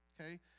okay